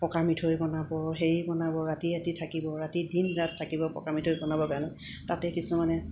পকা মিঠৈ বনাব হেৰি বনাব ৰাতি ৰাতি থাকিব ৰাতি দিন ৰাত থাকিব পকা মিঠৈ বনাব কাৰণে তাতে কিছুমানে